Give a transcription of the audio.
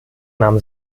nahm